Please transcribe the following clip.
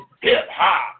hip-hop